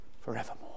forevermore